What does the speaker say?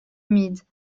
humides